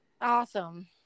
Awesome